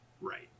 Right